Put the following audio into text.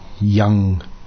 young